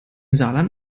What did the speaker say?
saarland